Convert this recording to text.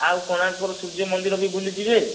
ଆଉ କୋଣାର୍କରୁ ସୂର୍ଯ୍ୟ ମନ୍ଦିର ବି ବୁଲିଯିବେ